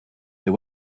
they